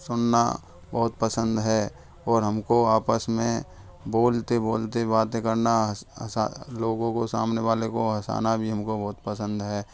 सुनना बहुत पसंद है और हम को आपस में बोलते बोलते बातें करना हँस हँसा लोगों को सामने वाले को हँसाना भी हम को बहुत पसंद है